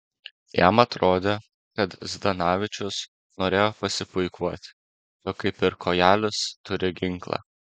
jam atrodė kad zdanavičius norėjo pasipuikuoti jog kaip ir kojelis turi ginklą